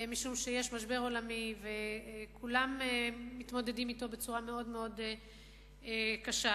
משום שיש משבר עולמי וכולם מתמודדים אתו בצורה מאוד-מאוד קשה,